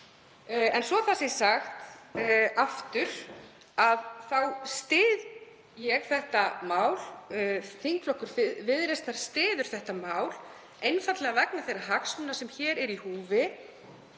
En svo það sé sagt aftur þá styð ég þetta mál. Þingflokkur Viðreisnar styður þetta mál einfaldlega vegna þeirra hagsmuna sem hér eru í húfi.